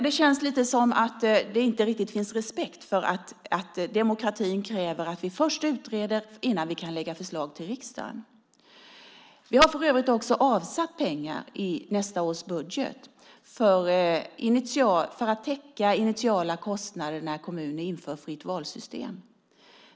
Det känns lite som att det inte riktigt finns respekt för att demokratin kräver att vi först utreder innan vi kan lägga fram förslag till riksdagen. Vi har för övrigt avsatt pengar i nästa års budget för att täcka initiala kostnader när kommuner inför fritt-val-system.